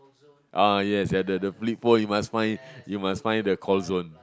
ah yes at the the flip phone you must find you must find the core zone